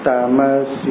Tamas